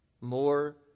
more